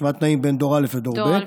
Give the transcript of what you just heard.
השוואת תנאים בין דור א' לדור ב'